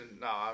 no